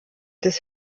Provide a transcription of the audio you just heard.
des